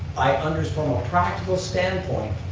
i unders from a practical standpoint.